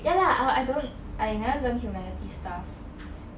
ya lah I don't I never learn humanities stuff